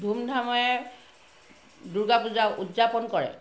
ধুমধামেৰে দুৰ্গা পূজা উদযাপন কৰে